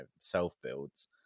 self-builds